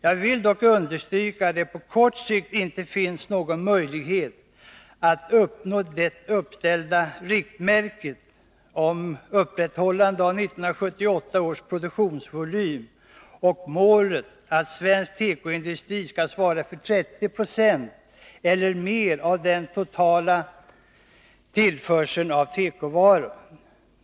Jag vill dock understryka att det på kort sikt inte finns någon möjlighet att uppnå det uppställda riktmärket om upprätthållande av 1978 års produktionsvolym och målet att svensk tekoindustri skall svara för 30 90 eller mer av den totala tillförseln av tekovaror.